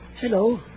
Hello